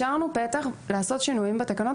השארנו פתח לעשות שינויים בתקנות.